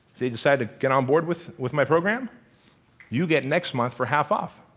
they decided get on board with with my program you get next month for half off.